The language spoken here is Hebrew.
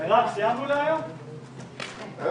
שהתגלגל היה נמנע אם מראש אותו סדרן חניה